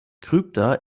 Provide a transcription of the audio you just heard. krypta